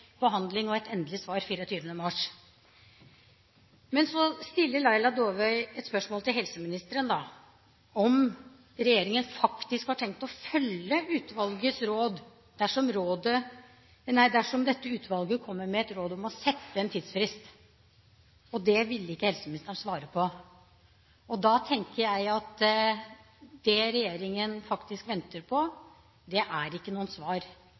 behandling og et endelig svar 24. mars. Men så stiller Laila Dåvøy et spørsmål til helseministeren om regjeringen faktisk har tenkt å følge utvalgets råd, dersom dette utvalget kommer med et råd om å sette en tidsfrist. Det ville ikke helseministeren svare på. Da tenker jeg at det regjeringen faktisk venter på, ikke er noe svar, men det er